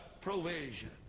provision